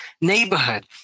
neighborhood